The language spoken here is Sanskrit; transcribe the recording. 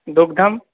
दुग्धं